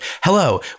hello